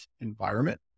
environment